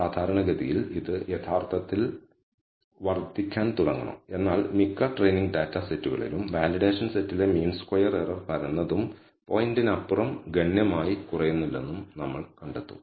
സാധാരണഗതിയിൽ ഇത് യഥാർത്ഥത്തിൽ വർദ്ധിക്കാൻ തുടങ്ങണം എന്നാൽ മിക്ക ട്രെയിനിങ് ഡാറ്റാ സെറ്റുകളിലും വാലിഡേഷൻ സെറ്റിലെ മീൻ സ്ക്വയർ എറർ പരന്നതും പോയിന്റിനപ്പുറം ഗണ്യമായി കുറയുന്നില്ലെന്നും നിങ്ങൾ കണ്ടെത്തും